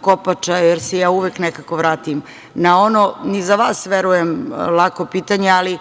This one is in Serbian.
Kopača, jer se ja uvek nekako vratim na ono i za vas, verujem, lako pitanje, ali,